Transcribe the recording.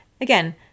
again